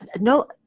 no